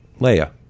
Leia